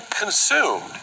consumed